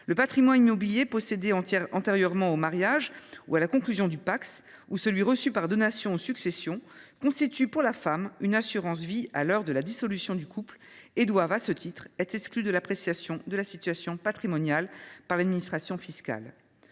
Le patrimoine immobilier possédé antérieurement au mariage ou à la conclusion du Pacs ou celui qui est reçu par donation ou succession constituent pour la femme une assurance vie à l’heure de la dissolution du couple. À ce titre, ils doivent être exclus de l’appréciation de la situation patrimoniale par l’administration fiscale.